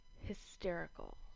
hysterical